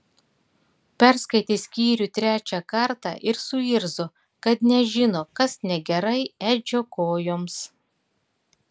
perskaitė skyrių trečią kartą ir suirzo kad nežino kas negerai edžio kojoms